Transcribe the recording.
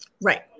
Right